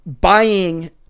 buying